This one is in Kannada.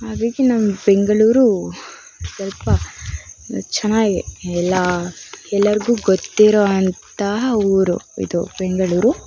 ಅದಕ್ಕೇ ನಮ್ಮ ಬೆಂಗಳೂರು ಸ್ವಲ್ಪ ಚೆನ್ನಾಗೆ ಎಲ್ಲ ಎಲ್ಲರಿಗೂ ಗೊತ್ತಿರುವಂತಹ ಊರು ಇದು ಬೆಂಗಳೂರು